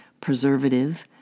preservative